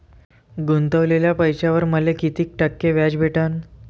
गुतवलेल्या पैशावर मले कितीक टक्के व्याज भेटन?